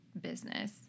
business